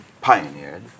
pioneered